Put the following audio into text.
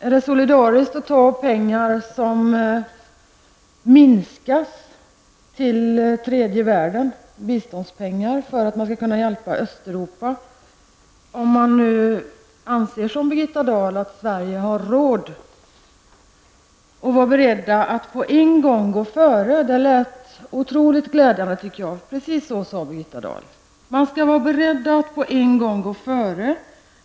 Är det solidariskt att ta pengar från tredje världen, biståndspengar, för att man skall kunna hjälpa Östeuropa, om man nu som Birgitta Dahl anser att Sverige har råd? ''Vara beredd att gå före'', precis så sade Birgitta Dahl. Det låter otroligt glädjande, tycker jag. Man skall vara beredd att på en gång gå före.